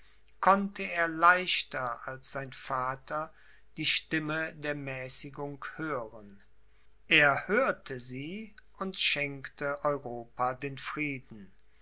konnte er leichter als sein vater die stimme der mäßigung hören er hörte sie und schenkte europa den frieden